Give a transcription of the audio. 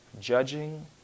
judging